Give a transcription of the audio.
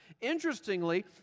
Interestingly